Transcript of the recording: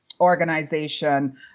organization